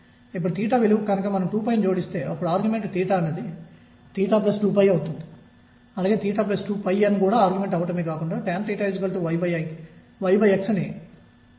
ఇక్కడే Wilson Sommerfeld quantum నిబంధనలు అనుభవంలోకి వస్తాయి